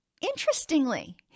Interestingly